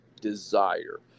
desire